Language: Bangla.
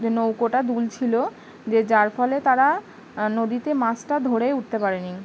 যে নৌকোটা দুল ছিল যে যার ফলে তারা নদীতে মাছটা ধরেই উঠতে পারে নি